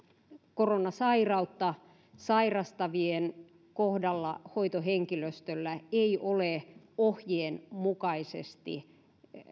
koronasairautta sairastavien kohdalla hoitohenkilöstöllä ei ole ohjeenmukaisesti